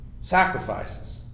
sacrifices